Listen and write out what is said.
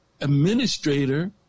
administrator